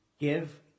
Give